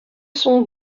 sont